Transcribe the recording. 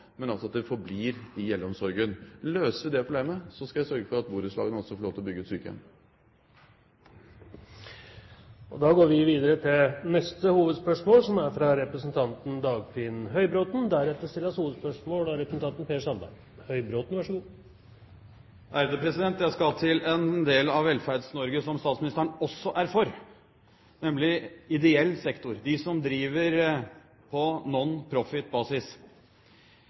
men at de forblir i eldreomsorgen. Løser vi det problemet, skal jeg sørge for at borettslagene også får lov til å bygge ut sykehjem. Vi går til neste hovedspørsmål. Jeg skal til en del av Velferds-Norge som statsministeren også er for, nemlig ideell sektor, de som driver på non-profit-basis. Hver eneste dag får vi nye meldinger om at velrenommerte institusjoner innenfor helse- og omsorgssektoren, rus, barnevern og ideell sektor